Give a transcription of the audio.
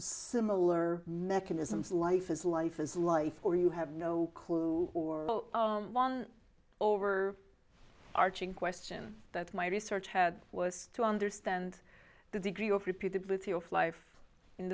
similar mechanisms life is life is life or you have no clue or one over arching question that my research had was to understand the degree of repeated with your life in